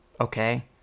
okay